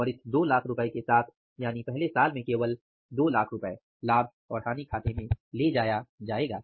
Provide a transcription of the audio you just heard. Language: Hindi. और इस 200000 रुपये के साथ यानि पहले साल में केवल 200000 रुपये लाभ और हानि खाते में ले जाया जाएगा